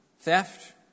theft